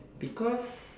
because